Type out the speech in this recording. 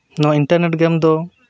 ᱱᱚᱣᱟ ᱤᱱᱴᱟᱨᱱᱮᱴ ᱜᱮᱢ ᱫᱚ